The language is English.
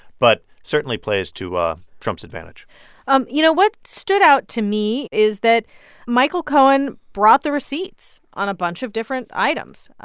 but certainly plays to ah trump's advantage um you know, what stood out to me is that michael cohen brought the receipts on a bunch of different items.